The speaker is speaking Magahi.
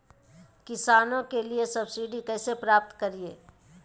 किसानों के लिए सब्सिडी कैसे प्राप्त करिये?